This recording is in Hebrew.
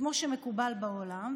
כמו שמקובל בעולם,